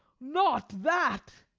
not that!